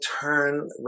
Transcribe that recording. turn